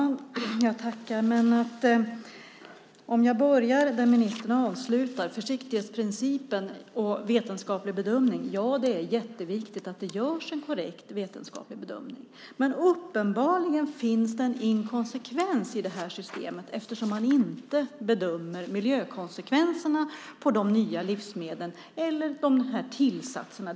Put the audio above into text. Herr talman! Jag tackar och börjar där ministern avslutar, med försiktighetsprincipen och vetenskaplig bedömning. Det är jätteviktigt att det görs en korrekt vetenskaplig bedömning. Men uppenbarligen finns det en inkonsekvens i det här systemet eftersom man inte bedömer miljökonsekvenserna av de nya livsmedlen eller tillsatserna.